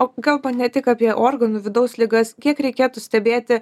o kalba ne tik apie organų vidaus ligas kiek reikėtų stebėti